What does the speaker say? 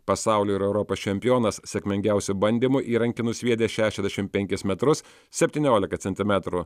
pasaulio ir europos čempionas sėkmingiausiu bandymu įrankį nusviedė šešiasdešimt penkis metrus septyniolika centimetrų